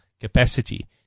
capacity